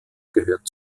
gehört